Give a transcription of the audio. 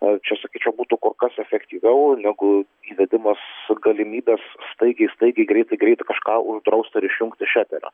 o čia sakyčiau būtų kur kas efektyviau negu įvedimas su galimybe staigiai staigiai greitai greitai kažką uždraust ar išjungt iš eterio